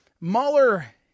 Mueller